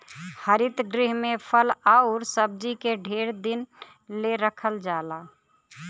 हरित गृह में फल आउर सब्जी के ढेर दिन ले रखल जाला